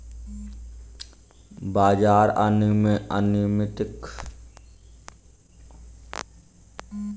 बाजार अनियमित्ताक कारणेँ हुनका निवेश मे हानि भ गेलैन